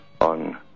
on